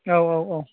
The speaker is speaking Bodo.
औ औ औ